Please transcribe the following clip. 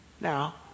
now